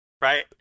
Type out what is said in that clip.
Right